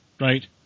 right